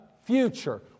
future